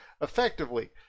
effectively